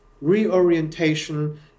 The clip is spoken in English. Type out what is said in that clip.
reorientation